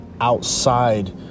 outside